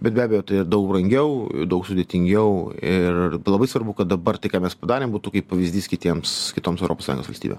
bet be abejo tai daug brangiau daug sudėtingiau ir labai svarbu kad dabar tai ką mes padarėm būtų kaip pavyzdys kitiems kitoms europos sąjungos valstybėm